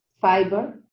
fiber